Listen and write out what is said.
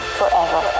forever